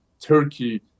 Turkey